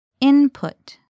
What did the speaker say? Input